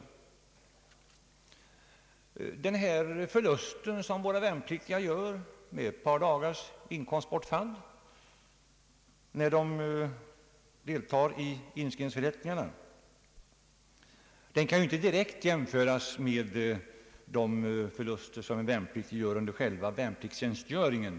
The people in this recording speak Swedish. Den förlust som våra värnpliktiga gör — d.v.s. ett par dagars inkomst bortfall — när de deltar i inskrivningsförrättningarna kan inte direkt jämföras med de förluster som de värnpliktiga gör under själva värnpliktstjänstgöringen.